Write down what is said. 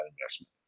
investment